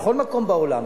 בכל מקום בעולם,